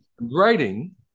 Writing